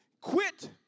quit